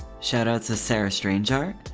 shoutout to sarahstrangeart,